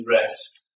rest